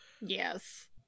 yes